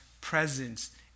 presence